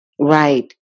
Right